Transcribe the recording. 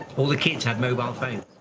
all the kids had mobile phones,